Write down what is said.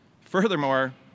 Furthermore